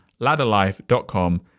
ladderlife.com